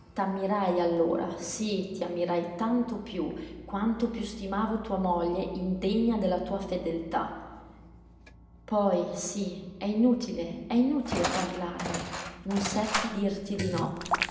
t'ammirai allora sì ti ammirai tanto più quanto più stimavo tua moglie indegna della tua fedeltà poi sì è inutile è inutile parlarne non seppi dirti di no